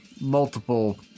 multiple